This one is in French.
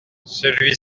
celui